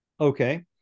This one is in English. Okay